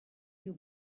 you